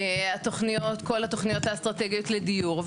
התוכניות כל התוכניות האסטרטגיות לדיור,